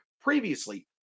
previously